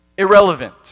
irrelevant